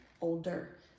older